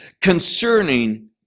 concerning